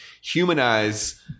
humanize